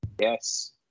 Yes